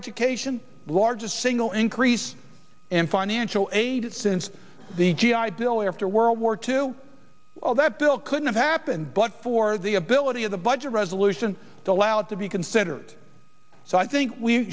education largest single increase in financial aid since the g i bill after world war two that still could have happened but for the ability of the budget resolution to allow it to be considered so i think we